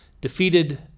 defeated